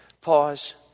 Pause